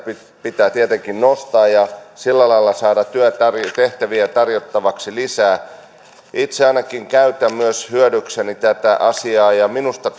pitää tietenkin nostaa ja sillä lailla saada työtehtäviä tarjottavaksi lisää itse ainakin myös käytän hyödykseni tätä asiaa ja minusta